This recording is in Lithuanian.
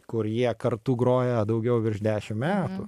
kur jie kartu groja daugiau virš dešim metų